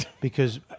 because-